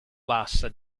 bassa